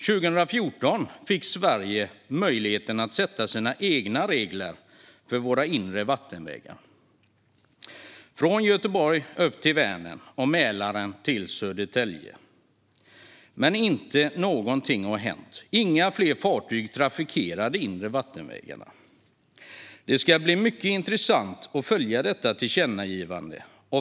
År 2014 fick Sverige möjlighet att sätta sina egna regler för våra inre vattenvägar, från Göteborg upp till Vänern och från Mälaren till Södertälje. Men ingenting har hänt, och det är inte fler fartyg som trafikerar de inre vattenvägarna. Det ska bli mycket intressant att följa detta tillkännagivande.